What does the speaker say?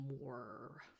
more